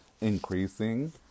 Increasing